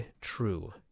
true